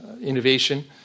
Innovation